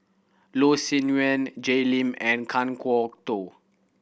Loh Sin Yun Jay Lim and Kan Kwok Toh